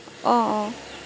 অঁ অঁ